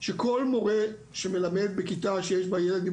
שכל מורה שמלמד בכיתה שיש בה ילד עם